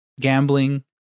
Gambling